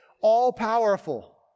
all-powerful